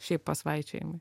šiaip pasvaičiojimai